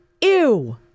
Ew